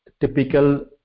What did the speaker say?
typical